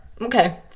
okay